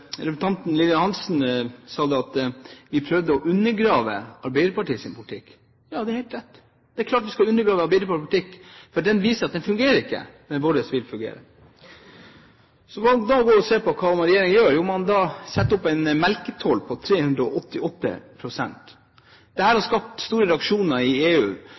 Representanten Lillian Hansen sa at vi prøvde å undergrave Arbeiderpartiets politikk. Ja, det er helt rett. Det er klart at vi skal undergrave Arbeiderpartiets politikk, for den viser at den ikke fungerer – men vår vil fungere. Så må man se på hva regjeringen gjør. Man setter opp en melketoll på 388 pst. Dette har skapt store reaksjoner i EU,